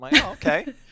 Okay